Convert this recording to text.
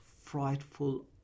frightful